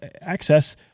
access